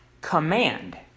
command